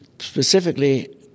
specifically